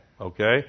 okay